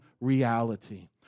reality